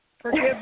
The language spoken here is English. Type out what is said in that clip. Forgive